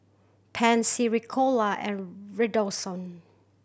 Pansy Ricola and Redoxon